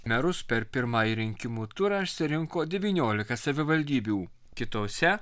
merus per pirmąjį rinkimų turą surinko devyniolika savivaldybių kitose